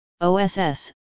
OSS